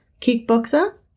kickboxer